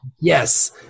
yes